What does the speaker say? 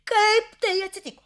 kaip tai atsitiko